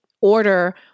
order